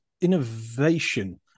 innovation